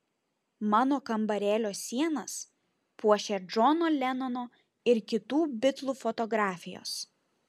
mano kambarėlio sienas puošia džono lenono ir kitų bitlų fotografijos